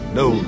no